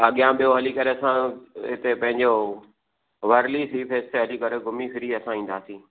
अॻियां ॿियो हली करे असां इते पंहिंजो वरली सी फेस ते हली करे घुमी फिरी असां ईंदासीं